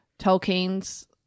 Tolkien's